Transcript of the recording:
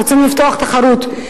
רצינו לפתוח תחרות.